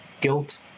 guilt